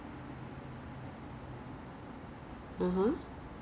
so err I would think 他会送来你家 lah I would suppose so lah